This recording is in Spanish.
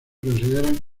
consideran